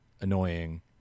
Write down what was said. annoying